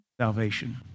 salvation